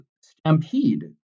Stampede